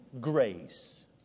grace